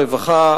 הרווחה,